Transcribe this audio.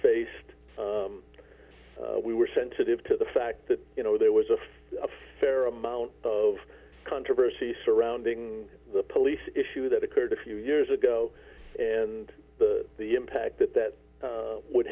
faced we were sensitive to the fact that you know there was a fair amount of controversy surrounding the police issue that occurred a few years ago and the impact that that would